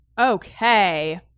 Okay